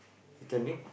you tell me